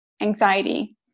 anxiety